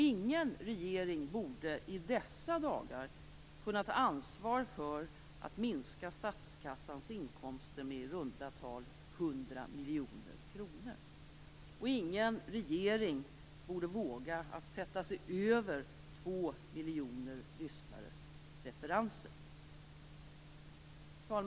Ingen regering borde i dessa dagar kunna ta ansvar för att minska statskassans inkomster med i runda tal 100 miljoner kronor. Ingen regering borde våga sätta sig över 2 miljoner lyssnares preferenser. Herr talman!